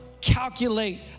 calculate